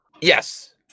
Yes